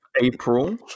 April